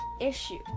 issue